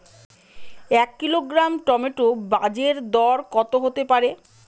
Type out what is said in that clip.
এক kilogram tomato বাজের দরকত হতে পারে?